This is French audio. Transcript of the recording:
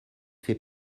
fait